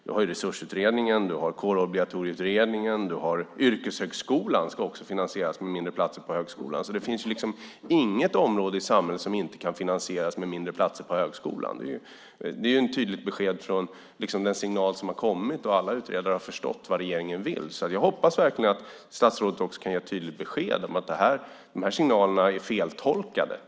Vi har Resursutredningen, vi har Kårobligatorieutredningen. Yrkeshögskolan ska också finansieras med färre platser på högskolan. Det finns liksom inget område i samhället som inte kan finansieras med färre platser på högskolan. Den signalen är ett tydligt besked; alla utredare har förstått vad regeringen vill. Jag hoppas verkligen att statsrådet kan ge tydligt besked om att de här signalerna är feltolkade.